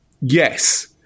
Yes